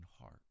heart